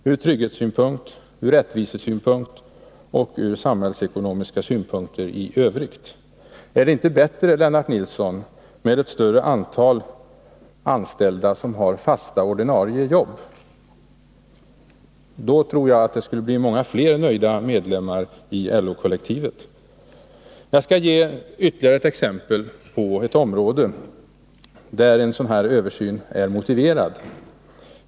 Herr talman! Låt mig än en gång slå fast att inte heller den här gången kunde Lennart Nilsson ifrågasätta den faktaredovisning som jag gav uttryck för i mitt anförande. Jag upprepar frågan än en gång: Är det tillfredsställande med en allt större andel vikarier på den svenska arbetsmarknaden? Jag är förvånad över att Lennart Nilsson visar så ringa intresse för deras ställning på arbetsmarknaden-— ur trygghetsoch rättvisesynpunkt och ur samhällsekonomisk synpunkt i övrigt. Är det inte bättre, Lennart Nilsson, med ett större antal anställda som har fasta ordinarie jobb? Då tror jag att det skulle bli fler nöjda medlemmar i LO-kollektivet. Jag skall ta upp ytterligare ett exempel på ett område där en sådan här översyn är motiverad.